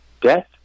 death